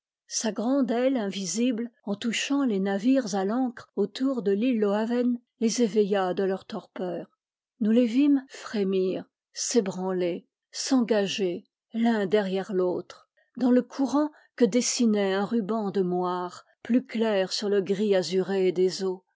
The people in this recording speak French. sa grande aile invisible en touchant les navires à l'ancre autour de l'île loaven les éveilla de leur torpeur nous les vîmes frémir s'ébranler s'engager l'un derrière l'autre dans le courant que dessinait un ruban de moire plus claire sur le gris azuré des eaux